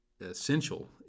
essential